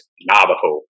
Navajo